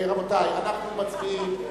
רבותי, אנחנו מצביעים.